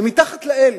הם מתחת לאל.